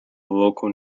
local